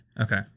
Okay